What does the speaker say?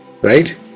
right